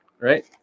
right